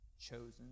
chosen